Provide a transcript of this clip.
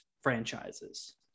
franchises